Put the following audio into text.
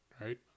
Right